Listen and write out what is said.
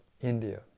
India